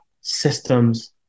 systems